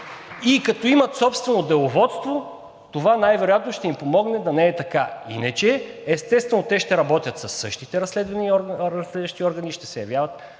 И като имат собствено деловодство, това най-вероятно ще им помогне да не е така. Иначе, естествено, те ще работят със същите разследващи органи и ще се явяват